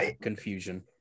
Confusion